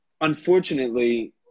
unfortunately